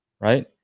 Right